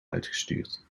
uitgestuurd